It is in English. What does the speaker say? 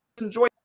enjoy